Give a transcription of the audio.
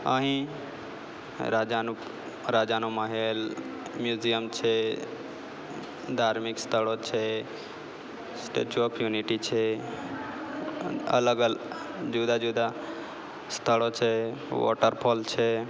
અહીં રાજાનું રાજાનો મહેલ મ્યુઝિયમ છે ધાર્મિક સ્થળો છે સ્ટેચ્યુ ઓફ યુનિટી છે અલગ અલગ જુદા જુદા સ્થળો છે વોટરફોલ છે